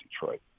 Detroit